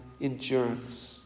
endurance